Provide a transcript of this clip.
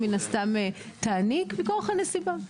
מכורח הנסיבות.